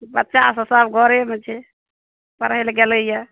बच्चा सब सब घरेमे छै पढ़ै लऽ गेलैया